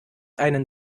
einen